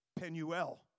Penuel